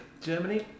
Germany